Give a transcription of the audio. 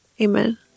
Amen